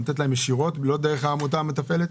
נותנת להם ישירות לא דרך עמותה מתפעלת?